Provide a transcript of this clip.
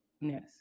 Yes